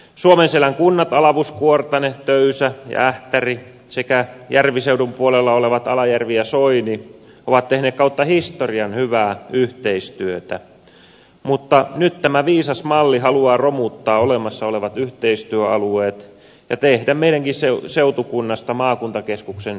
suomenselän kunnat alavus kuortane töysä ja ähtäri sekä järviseudun puolella olevat alajärvi ja soini ovat tehneet kautta historian hyvää yhteistyötä mutta nyt tämä viisas malli haluaa romuttaa olemassa olevat yhteistyöalueet ja tehdä meidänkin seutukunnastamme maakuntakeskuksen peräkylän